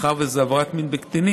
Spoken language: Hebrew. מאחר שזאת עבירת מין בקטינים,